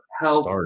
help